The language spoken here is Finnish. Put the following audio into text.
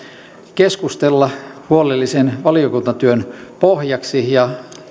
keskustella huolellisen valiokuntatyön pohjaksi ja